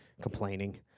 complaining